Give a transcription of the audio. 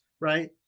right